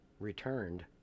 returned